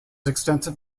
extensive